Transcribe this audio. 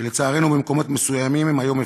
ולצערנו במקומות מסוימים הם היום הפקר.